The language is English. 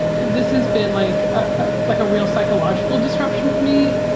this has been like ah like a real psychological disruption for me,